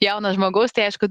jauno žmogaus tai aišku